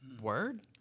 Word